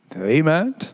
Amen